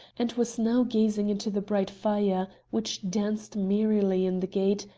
and was now gazing into the bright fire which danced merrily in the grate,